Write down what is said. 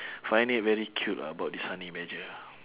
find it very cute lah about this honey badger